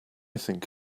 think